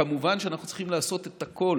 כמובן שאנחנו צריכים לעשות הכול